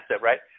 right